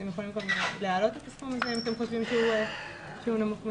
אתם יכולים גם להעלות את הסכום הזה אם אתם חושבים שהוא נמוך מדי.